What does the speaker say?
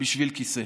בשביל כיסא.